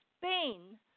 Spain